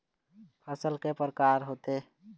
फसल के कय प्रकार होथे?